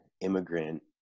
immigrant